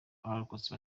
abarokotse